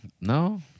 no